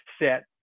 set